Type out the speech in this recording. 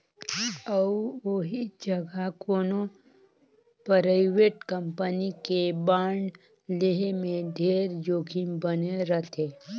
अउ ओही जघा कोनो परइवेट कंपनी के बांड लेहे में ढेरे जोखिम बने रथे